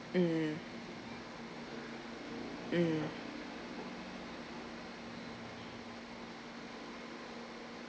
mm mm